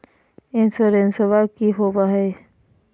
इंसोरेंसबा की होंबई हय?